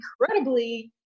incredibly